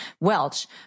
Welch